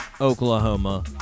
Oklahoma